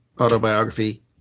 autobiography